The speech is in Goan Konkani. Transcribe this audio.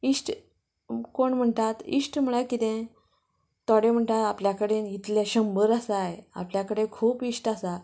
इश्ट कोण म्हणटात इश्ट म्हळ्यार कितें थोडे म्हणटा आपल्या कडेन इतले शंबर आसा आपल्या कडेन खूब इश्ट आसा